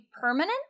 permanent